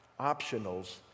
optionals